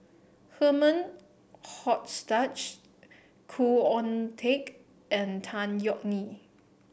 Herman Hochstadt Khoo Oon Teik and Tan Yeok Nee